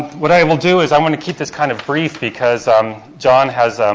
what i will do is i wanna keep this kind of brief because um john has,